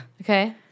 Okay